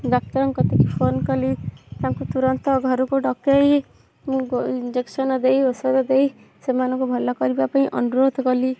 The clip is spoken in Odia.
ଡାକ୍ତରଙ୍କ କତିକି ଫୋନ୍ କଲି ତାଙ୍କୁ ତୁରନ୍ତ ଘରକୁ ଡକାଇ ମୁଁ ଇଞ୍ଜେକ୍ସନ୍ ଦେଇ ଔଷଧ ଦେଇ ସେମାନଙ୍କୁ ଭଲ କରିବା ପାଇଁ ଅନୁରୋଧ କଲି